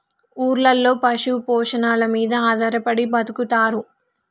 ఊర్లలో పశు పోషణల మీద ఆధారపడి బతుకుతారు